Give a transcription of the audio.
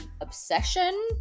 obsession